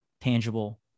tangible